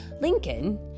Lincoln